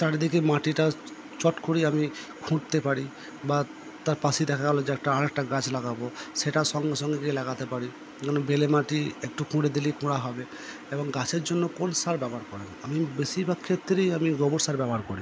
চারিদিকে মাটিটা চট করে আমি খুঁড়তে পারি বা তার পাশে দেখা গেলো যে আর একটা গাছ লাগাবো সেটা সঙ্গে সঙ্গে গিয়ে লাগাতে পারি কারণ বেলে মাটি একটু খুঁড়ে দিলেই খোঁড়া হবে এবং গাছের জন্য কোন সার ব্যবহার করেন আমি বেশিরভাগ ক্ষেত্রেই আমি গোবর সার ব্যবহার করি